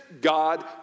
God